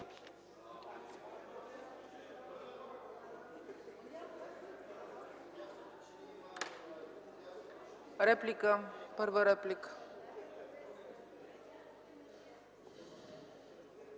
Реплика? Първа реплика